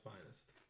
finest